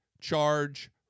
charge